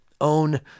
own